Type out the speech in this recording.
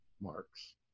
marks